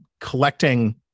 collecting